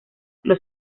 los